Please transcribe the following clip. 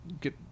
get